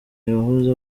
yahoze